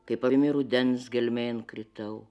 kaip avimi rudens gelmėn kritau